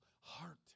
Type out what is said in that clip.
heart